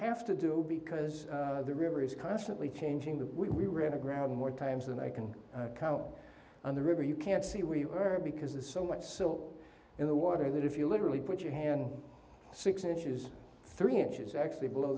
have to do because the river is constantly changing that we ran aground more times than i can count on the river you can't see where you heard because there's so much silt in the water that if you literally put your hand six inches three inches actually below